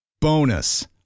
Bonus